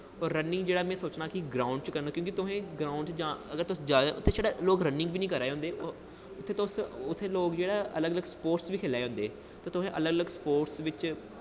running जेह्ड़ा में सोचना कि ग्राउंड़ च करन क्योंकि तुसें ग्राउंड़ च अगर तुस जाओ ते लोग छड़ा रनिंग बी नी करा दे होंदे उत्थें लोग जेह्ड़े अलग अलग स्पोटस बी खेला दे होंदे न ते तुसें अलग अलग स्पोटस बिच्च